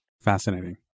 Fascinating